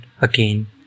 again